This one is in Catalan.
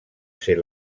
ser